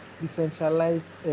decentralized